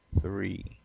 three